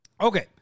Okay